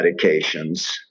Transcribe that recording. medications